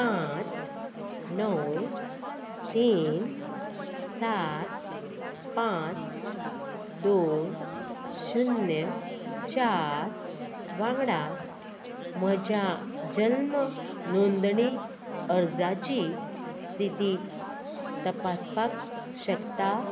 पांच णव तीन सात पांच दोन शुन्य चार वांगडा म्हज्या जल्म नोंदणी अर्जाची स्थिती तपासपाक शकता